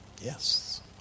Yes